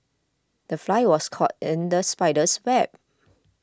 the fly was caught in the spider's web